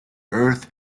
earth